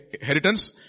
inheritance